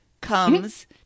comes